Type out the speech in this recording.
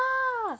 ya